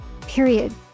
Period